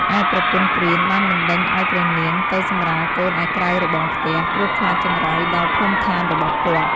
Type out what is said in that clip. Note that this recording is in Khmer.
ឯប្រពន្ធព្រាន បានបណ្តេញឲ្យព្រះនាងទៅសម្រាលកូនឯក្រៅរបងផ្ទះ ព្រោះខ្លាចចង្រៃដល់ភូមិឋានរបស់គាត់។